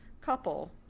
couple